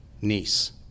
niece